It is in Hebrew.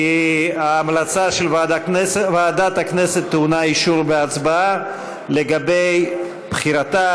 כי ההמלצה של ועדת הכנסת טעונה אישור בהצבעה לגבי בחירתה